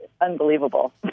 unbelievable